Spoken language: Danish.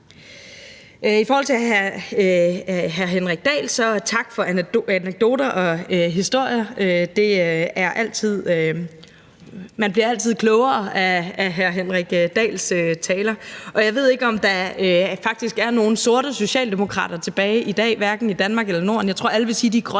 Til hr. Henrik Dahl: Tak for anekdoter og historier. Man bliver altid klogere af hr. Henrik Dahls taler. Jeg ved ikke, om der faktisk er nogle sorte socialdemokrater tilbage i dag, hverken i Danmark eller i Norden. Jeg tror, at alle vil sige, at de er grønne